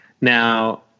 Now